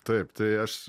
taip tai aš